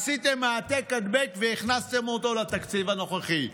עשיתם העתק-הדבק והכנסתם אותו לתקציב הנוכחי.